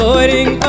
Avoiding